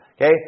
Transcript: Okay